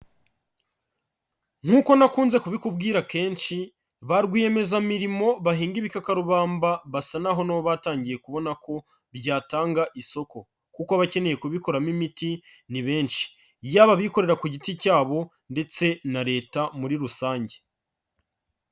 Nkuko nakunze kubikubwira kenshi, ba rwiyemezamirimo, bahinga ibikakarubamba basa naho na bo batangiye kubona ko byatanga isoko, kuko abakeneye kubikoramo imiti ni benshi, yaba abikorera ku giti cyabo, ndetse na leta muri rusange.